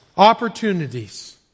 opportunities